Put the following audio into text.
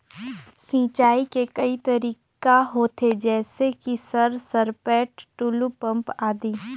सिंचाई के कई तरीका होथे? जैसे कि सर सरपैट, टुलु पंप, आदि?